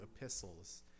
epistles